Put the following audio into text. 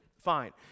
Fine